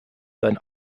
seinen